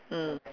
mm